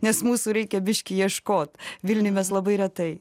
nes mūsų reikia biškį ieškot vilniuj mes labai retai